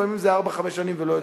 לפעמים זה ארבע-חמש שנים ולא יותר,